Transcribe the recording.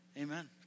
Amen